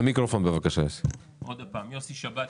יוסי שבת,